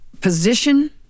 position